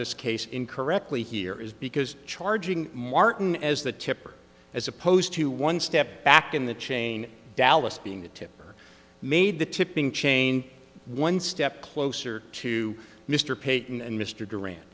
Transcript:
this case in correctly here is because charging martin as the tipper as opposed to one step back in the chain dallas being a tip or made the tipping chain one step closer to mr payton and mr